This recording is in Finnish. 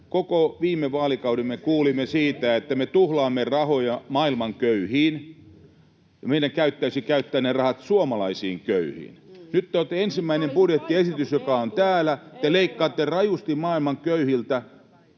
Koko viime vaalikauden me kuulimme siitä, että me tuhlaamme rahoja maailman köyhiin ja meidän pitäisi käyttää ne rahat suomalaisiin köyhiin. Nyt te olette... Ensimmäisessä budjettiesityksessä, joka on täällä, te leikkaatte rajusti maailman köyhiltä,